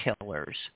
killers